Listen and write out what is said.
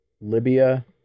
Libya